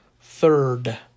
third